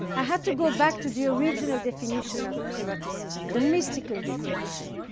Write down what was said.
i had to go back to the original definition of eroticism, the mystical definition,